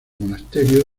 monasterio